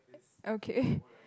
okay